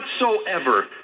whatsoever